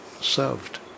served